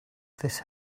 this